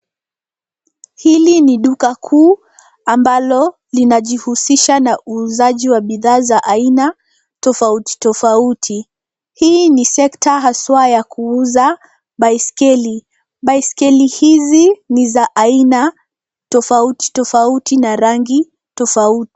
Hili ni duka kuu ambalo linajihusisha na uuaji wa bidhaa za aina tofuati tofauti. Hii ni sekta haswa ya kuuza baiskeli. Baiskeli hizi ni za aina tofauti tofauti na rangi tofauti.